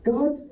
God